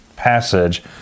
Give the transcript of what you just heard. passage